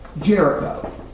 Jericho